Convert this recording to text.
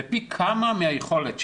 בפי כמה מהיכולת שלו.